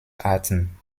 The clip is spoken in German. arten